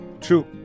True